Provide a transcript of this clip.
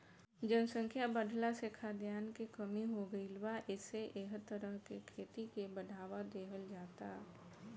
जनसंख्या बाढ़ला से खाद्यान के कमी हो गईल बा एसे एह तरह के खेती के बढ़ावा देहल जाता